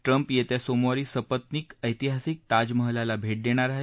Trump येत्या सोमवारी सपत्नीक ऐतिहासिक ताज महालाला भेट देणार आहेत